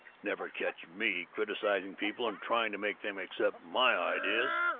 never catch me criticizing people and trying to make them accept my ideas!